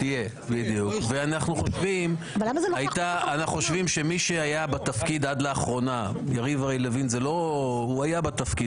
ואנחנו חושבים שמי שהיה בתפקיד עד לאחרונה יריב לוין הרי היה בתפקיד,